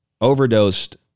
overdosed